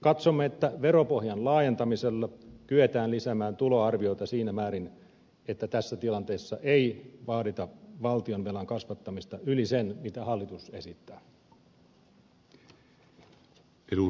katsomme että veropohjan laajentamisella kyetään lisäämään tuloarviota siinä määrin että tässä tilanteessa ei vaadita valtionvelan kasvattamista yli sen mitä hallitus esittää